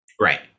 right